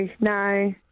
no